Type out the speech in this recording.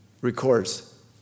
records